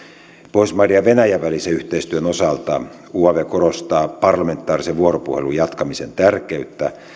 pohjoismaiden ja venäjän välisen yhteistyön osalta uav korostaa parlamentaarisen vuoropuhelun jatkamisen tärkeyttä